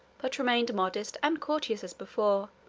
but remained modest and courteous as before,